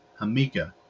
Hamika